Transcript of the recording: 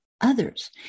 others